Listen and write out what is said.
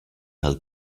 del